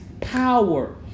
power